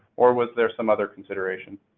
or, was there some other consideration?